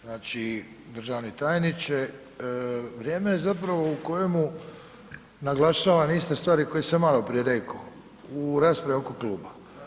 Znači državni tajniče, vrijeme je zapravo u kojemu naglašavam iste stvari koje sam maloprije reko, u raspravi oko kluba.